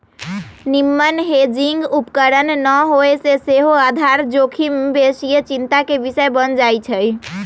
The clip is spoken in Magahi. निम्मन हेजिंग उपकरण न होय से सेहो आधार जोखिम बेशीये चिंता के विषय बन जाइ छइ